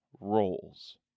roles